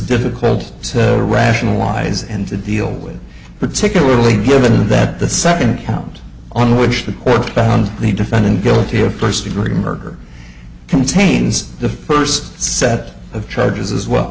difficult to rationalize and to deal with particularly given that the second count on which the court found the defendant guilty of first degree murder contains the first set of charges as well